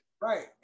Right